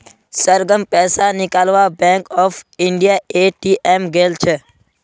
सरगम पैसा निकलवा बैंक ऑफ इंडियार ए.टी.एम गेल छ